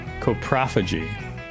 coprophagy